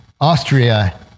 Austria